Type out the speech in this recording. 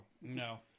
No